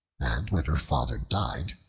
and when her father died,